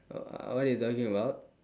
uh what you talking about